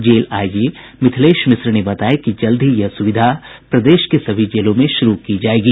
jail IG Mithilesh Mishra ने बताया कि जल्द ही यह सुविधा प्रदेश के सभी जेलों में शुरू की जायेगी